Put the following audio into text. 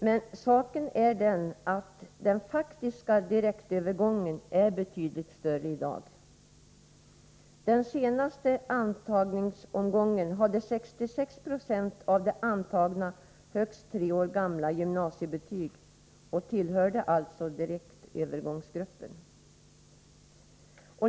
Men saken är den att den faktiska direktövergången i dag är betydligt större än så. I den senaste antagningsomgången hade 66 76 av de antagna högst tre år gamla gymnasiebetyg och tillhörde alltså direktövergångsgruppen.